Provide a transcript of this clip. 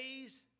days